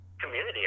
community